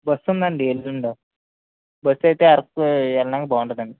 bus ఉందండి ఎల్లుండి bus అయితే అరకు వెళ్ళడానికి బాగుంటుందండి